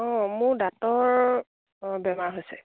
অঁ মোৰ দাঁতৰ বেমাৰ হৈছে